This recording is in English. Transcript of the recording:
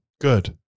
Good